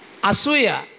Asuya